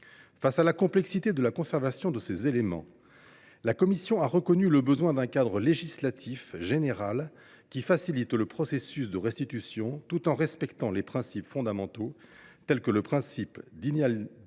de la complexité de la conservation de ces éléments, la commission a reconnu le besoin d’un cadre législatif général qui facilite le processus de restitution, tout en respectant les principes fondamentaux comme celui de l’inaliénabilité